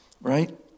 Right